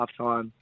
halftime